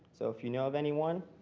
so if you know of anyone,